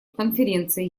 конференция